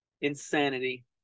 insanity